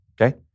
Okay